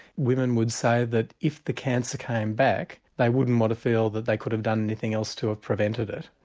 women would say that if the cancer came back they wouldn't want to feel that they could have done anything else to have prevented it,